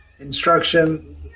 Instruction